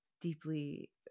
deeply